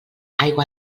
aigua